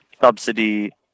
subsidy